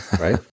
right